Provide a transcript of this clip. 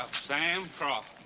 ah sam croft.